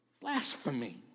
Blasphemy